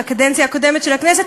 בקדנציה הקודמת של הכנסת,